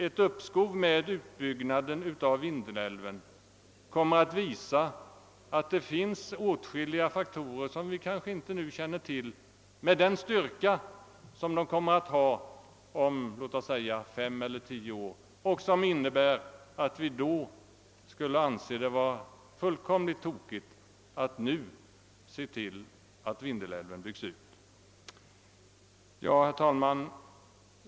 Ett uppskov med utbyggnaden av Vindelälven kommer att visa att det finns åtskilliga faktorer som vi kanske inte nu känner till men som kommer att ha stor betydelse om låt oss säga fem eller tio år och som innebär att vi då måste säga oss att det skulle ha varit helt omotiverat att genomföra en utbyggnad av Vindelälven. Herr talman!